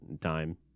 time